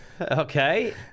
Okay